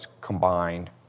combined